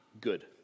good